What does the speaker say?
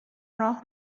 راه